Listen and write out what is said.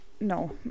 no